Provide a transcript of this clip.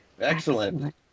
Excellent